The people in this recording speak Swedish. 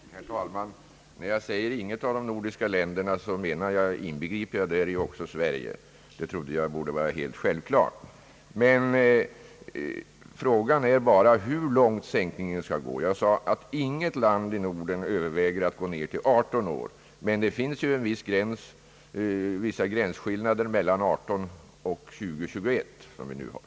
Herr talman! När jag säger »inte i något av de nordiska länderna», så inbegriper jag också Sverige. Det trodde jag borde vara helt självklart. Men frågan är bara hur långt sänkningen skall gå. Jag sade att inget land i Norden överväger att gå ned till 18 år. Men det finns ju vissa mellanled mellan 18 och 20—21 år, som vi nu har.